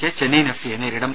K Chennaiyin F സിയെ നേരിടും